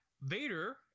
Vader